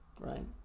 right